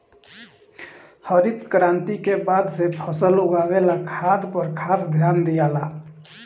हरित क्रांति के बाद से फसल उगावे ला खाद पर खास ध्यान दियाला